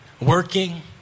working